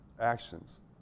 actions